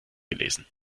gelesen